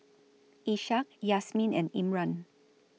Ishak Yasmin and Imran